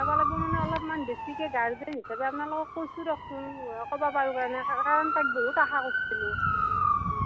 চাবা লাগিব মানে অলপমান বেছিকৈ গাৰ্জেন হিচাপে আপোনালোকক কৈছোঁ দিয়কচোন ক'ব পাৰোঁ কাৰণে কাৰণ তাইক বহুত আশা কৰিছিলোঁ